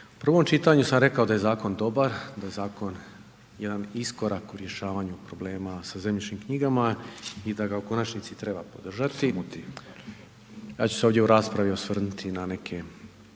U prvom čitanju sam rekao da je zakon dobar, da je zakon jedan iskorak u rješavanju problema sa zemljišnim knjigama i da ga u konačnici treba podržati, ja ću se ovdje u raspravi osvrnuti na neke